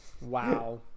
wow